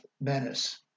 menace